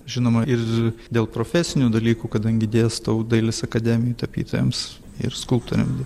žinoma ir dėl profesinių dalykų kadangi dėstau dailės akademijoje tapytojams ir skulptoriam